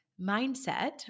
mindset